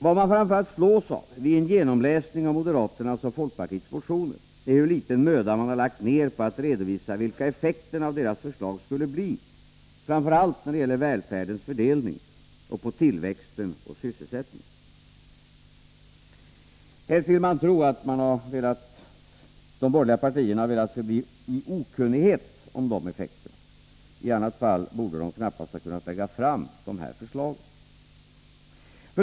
Vad som framför allt slår en vid genomläsning av moderaternas och folkpartiets motioner är hur litet möda som lagts ner på att redovisa vilka effekterna av förslagen skulle bli, framför allt när det gäller välfärdens fördelning och på tillväxten och sysselsättningen. Det verkar mest troligt att de borgerliga partierna velat förbli i okunnighet om de effekterna. I annat fall borde de knappast ha kunnat lägga fram de här förslagen.